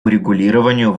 урегулированию